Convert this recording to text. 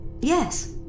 Yes